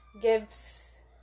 gives